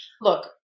look